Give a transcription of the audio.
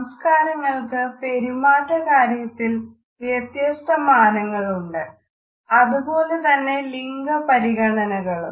സംസ്കാരങ്ങൾക്ക് പെരുമാറ്റ കാര്യത്തിൽ വ്യത്യസ്ത മാനങ്ങളുണ്ട് അതുപോലെ തന്നെ ലിംഗപരിഗണനകളും